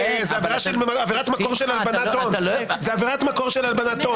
זאת עבירת מקור של הלבנת הון.